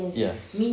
ya